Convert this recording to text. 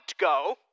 go